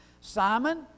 Simon